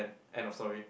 end of story